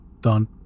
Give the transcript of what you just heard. Done